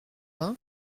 vingt